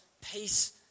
peace